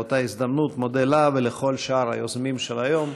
באותה הזדמנות מודה לה ולכל שאר היוזמים של היום